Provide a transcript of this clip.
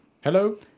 Hello